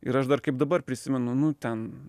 ir aš dar kaip dabar prisimenu nu ten